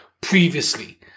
previously